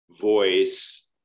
voice